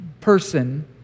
person